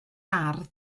ardd